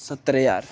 सत्तर ज्हार